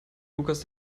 lukas